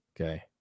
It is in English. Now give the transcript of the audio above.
Okay